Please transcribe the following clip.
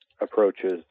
approaches